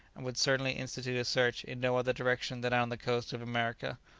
and would certainly institute a search in no other direction than on the coast of america,